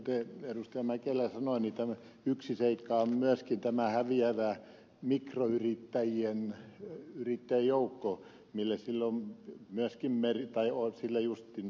outi mäkelä sanoi yksi seikka on myöskin tämä häviävä mikroyrittäjien joukko jolle sillä on juuri merkitystä